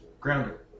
Grounder